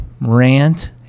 rant